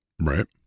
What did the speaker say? Right